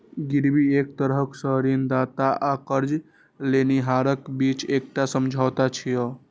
गिरवी एक तरह सं ऋणदाता आ कर्ज लेनिहारक बीच एकटा समझौता छियै